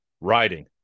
riding